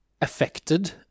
affected